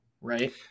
right